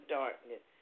darkness